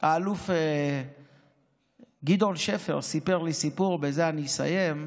האלוף גדעון שפר סיפר לי סיפור, ובזה אני אסיים.